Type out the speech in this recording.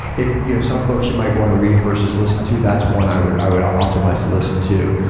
if you know some books you might want to read versus listen to, that's one i would i would optimize to listen to.